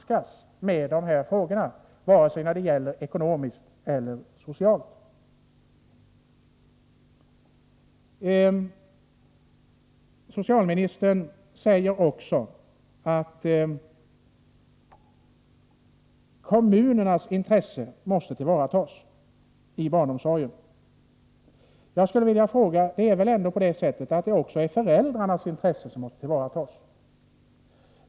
Så kan man heller inte handskas med dessa frågor, vare sig ekonomiskt eller socialt. Socialministern säger också att kommunernas intresse i fråga om barnomsorg måste tillvaratas. Är det inte så att även föräldrarnas intressen måste tillvaratas?